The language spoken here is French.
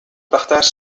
partage